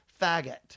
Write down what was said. faggot